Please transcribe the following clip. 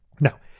Now